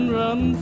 run